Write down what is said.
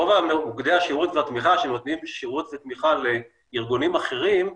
רוב מוקדי השירות והתמיכה שנותנים שירות ותמיכה לארגונים אחרים,